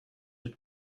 jet